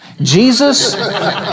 Jesus